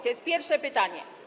To jest pierwsze pytanie.